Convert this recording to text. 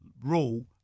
rule